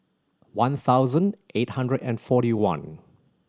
one thousand eight hundred and forty one